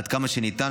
עד כמה שניתן,